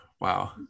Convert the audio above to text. wow